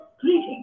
Greetings